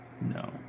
No